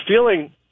feeling